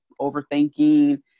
overthinking